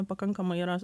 pakankamai yra